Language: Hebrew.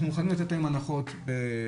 אנחנו מוכנים לתת הנחות ברישוי,